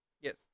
Yes